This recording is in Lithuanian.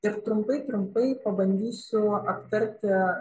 ir trumpai trumpai pabandysiu aptarti